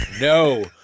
No